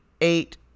eight